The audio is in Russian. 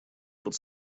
под